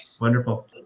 Wonderful